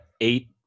eight